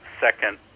second